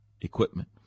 equipment